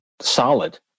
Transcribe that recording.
solid